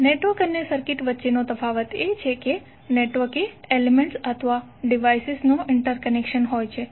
network અને circuit વચ્ચેનો તફાવત એ છે કે નેટવર્ક એ એલિમેન્ટ્સ અથવા ડિવાઇસીસ નું ઇન્ટરકનેક્શન છે